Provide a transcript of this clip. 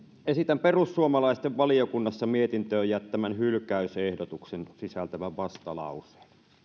esitän perussuomalaisten valiokunnassa mietintöön jättämän hylkäysehdotuksen sisältävän vastalauseen